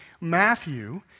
Matthew